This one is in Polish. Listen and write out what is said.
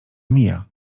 mija